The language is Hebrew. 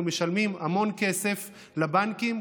אנחנו משלמים המון כסף לבנקים,